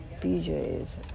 BJ's